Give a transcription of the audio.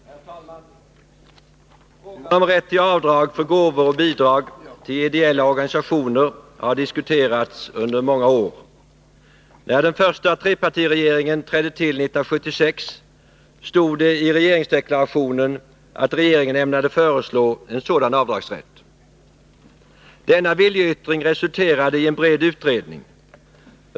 Herr talman! Frågan om rätt till avdrag för gåvor och bidrag till ideella organisationer har diskuterats under många år. När den första trepartiregeringen trädde till 1976 stod det i regeringsdeklarationen att regeringen ämnade föreslå en sådan avdragsrätt. Denna viljeyttring resulterade i en bred utredning.